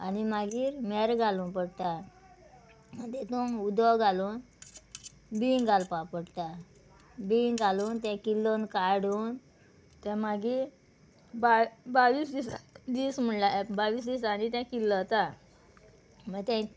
आनी मागीर मेरो घालूं पडटा तितून उदक घालून बीं घालपा पडटा बीं घालून तें किल्लोन काडून तें मागीर बावी बावीस दिसां दीस म्हळ्यार बावीस दिसांनी तें किल्लोता मागीर तें